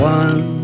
one